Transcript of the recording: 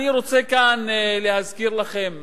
אני רוצה כאן להזכיר לכם,